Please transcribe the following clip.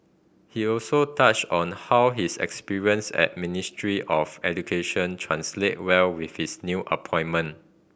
he also touched on how his experience at Ministry of Education translate well with his new appointment